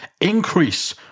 increase